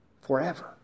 forever